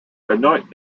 erneut